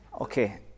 Okay